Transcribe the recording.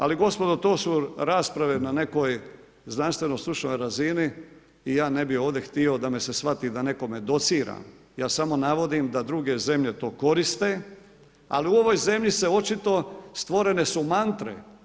Ali, gospodo to su rasprave na nekoj znanstveno stručnoj razini i ja ne bi ovdje htio da me se shvati da nekom docira, ja samo navodim da druge zemlje to koriste, ali u ovoj zemlji se očito, stvorene su mantre.